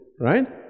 right